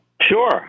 Sure